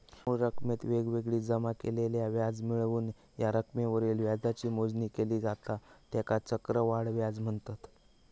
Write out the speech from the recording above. मूळ रकमेत वेळोवेळी जमा झालेला व्याज मिळवून या रकमेवरील व्याजाची मोजणी केली जाता त्येकाच चक्रवाढ व्याज म्हनतत